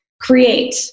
create